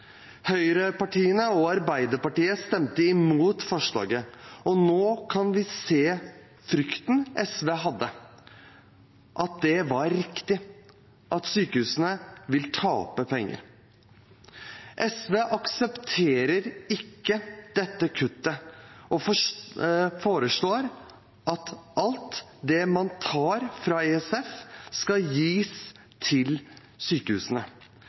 Høyrepartiene og Arbeiderpartiet stemte imot forslaget, og nå kan vi se at frykten SV hadde, var riktig, at sykehusene vil tape penger. SV aksepterer ikke dette kuttet og foreslår at alt det man tar fra ISF, skal gis til sykehusene.